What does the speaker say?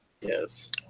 Yes